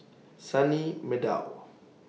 Sunny Meadow